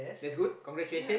that's good congratulations